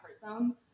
zone